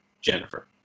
Jennifer